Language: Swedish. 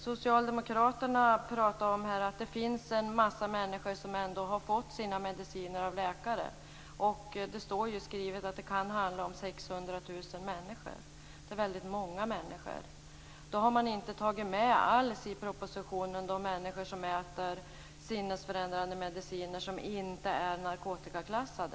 Socialdemokraterna pratar om att det finns en massa människor som har fått sina mediciner av läkare. Det står skrivet att det kan handla om 600 000 människor. Det är väldigt många människor. Då har man i propositionen inte alls tagit med de människor som äter sinnesförändrande mediciner som inte är narkotikaklassade.